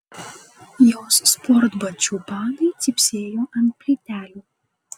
jos sportbačių padai cypsėjo ant plytelių